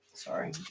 Sorry